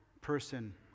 person